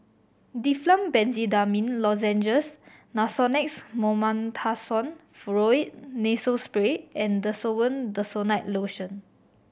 Difflam Benzydamine Lozenges Nasonex Mometasone Furoate Nasal Spray and Desowen Desonide Lotion